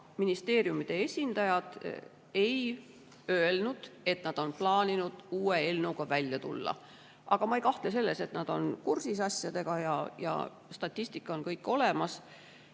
Ministeeriumide esindajad ei öelnud, et nad on plaaninud uue eelnõuga välja tulla. Aga ma ei kahtle selles, et nad on kursis asjadega. Statistika on kõik olemas.